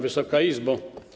Wysoka Izbo!